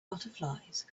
butterflies